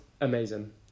amazing